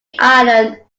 island